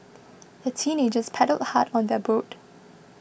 the teenagers paddled hard on their boat